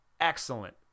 Excellent